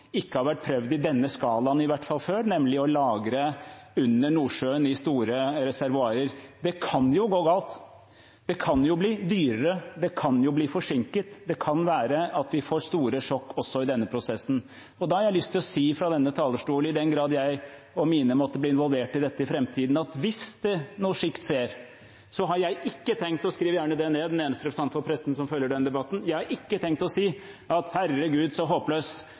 ikke har vært prøvd før, i hvert fall ikke i denne skalaen, nemlig å lagre under Nordsjøen i store reservoarer. Det kan gå galt, det kan bli dyrere, det kan bli forsinket, og det kan være at vi får store sjokk også i denne prosessen. Da har jeg lyst til å si fra denne talerstolen: I den grad jeg og mine måtte bli involvert i dette i framtiden, hvis noe slikt skjer, har jeg ikke tenkt – skriv det gjerne ned, den eneste representanten for pressen som følger denne debatten – å si at herregud, så håpløs